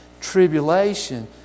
tribulation